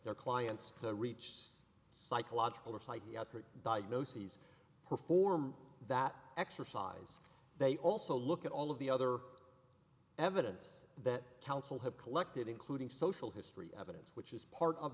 their clients to reach some psychological or psychiatric diagnoses perform that exercise they also look at all of the other evidence that counsel have collected including social history evidence which is part of